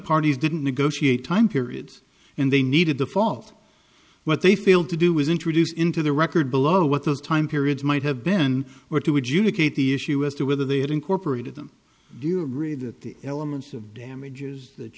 parties didn't negotiate time period and they needed the fault what they failed to do was introduce into the record below what those time periods might have been were to adjudicate the issue as to whether they had incorporated them do you agree that the elements of damages that